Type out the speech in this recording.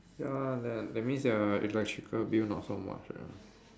ya that that means their electrical bill not so much eh